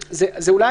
מה זו אכיפה ארצית?